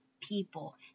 people